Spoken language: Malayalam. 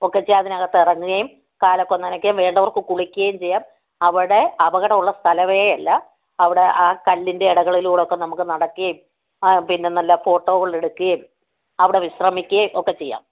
ഒക്കെ ചെയ്യാം അതിനകത്തിറങ്ങുകയും കാലൊക്കെ ഒന്ന് നനക്കുകയും വേണ്ടവർക്ക് കുളിക്കുകയും ചെയ്യാം അവിടെ അപകടമുള്ള സ്ഥലമേ അല്ല അവിടെ ആ കല്ലിൻ്റെ എടകളൂടൊക്കെ നമുക്ക് നടക്കുകയും ആ പിന്നെ നല്ല ഫോട്ടോകളെടുക്കുകയും അവിടെ വിശ്രമിക്കുകയും ഒക്കെ ചെയ്യാം